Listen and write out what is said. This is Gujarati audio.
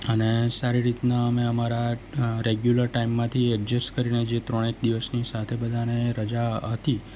અને સારી રીતના અમે અમારા રેગ્યુલર ટાઈમમાંથી એડજસ્ટ કરીને જે ત્રણેક દિવસની સાથે બધાને રજા હતી